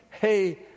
hey